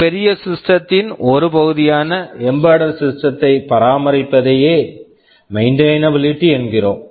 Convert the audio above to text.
ஒரு பெரிய சிஸ்டத்தின் system ஒரு பகுதியான எம்பெட்டட் சிஸ்டத்தை embedded system பராமரிப்பதையே மெயின்டெயின்எபிலிட்டி maintainability என்கிறோம்